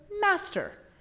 master